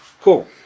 Cool